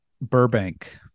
Burbank